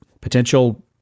Potential